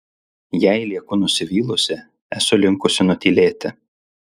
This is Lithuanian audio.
jei lieku nusivylusi esu linkusi nutylėti